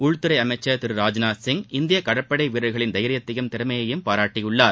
உள்துறை அமைச்சர் திரு ராஜ்நாத் சிங் இந்திய கடற்படை வீரர்களின் தைரியத்தையும் திறமையையும் பாராட்டியுள்ளார்